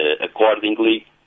accordingly